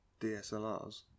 DSLRs